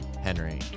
Henry